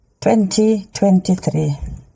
2023